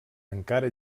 encara